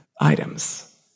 items